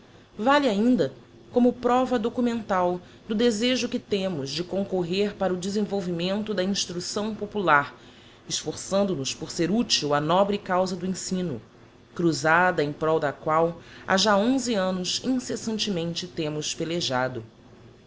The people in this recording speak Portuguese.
vale ainda como prova documental do desejo que temos de concorrer para o desenvolvimento da instrucção popular esforçando nos por ser útil á nobre causa do ensino cruzada em prol da qual ha já onze annos incessantemente temos pelejado